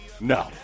No